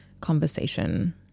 conversation